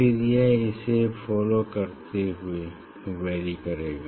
फिर यह इसे फॉलो करते हुए वैरी करेगा